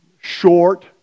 short